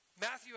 Matthew